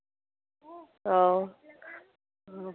ᱚ